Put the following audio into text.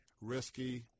risky